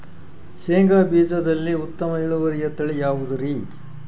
ಶೇಂಗಾ ಬೇಜದಲ್ಲಿ ಉತ್ತಮ ಇಳುವರಿಯ ತಳಿ ಯಾವುದುರಿ?